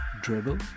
Dribble